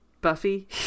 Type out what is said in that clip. buffy